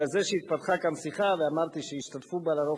אבל זה שהתפתחה כאן שיחה ואמרתי שהשתתפו בה בדרך